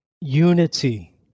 unity